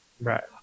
Right